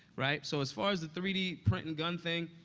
right? so as far as the three d printing-gun thing,